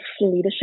leadership